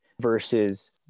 Versus